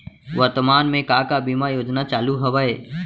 वर्तमान में का का बीमा योजना चालू हवये